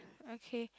okay